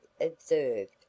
observed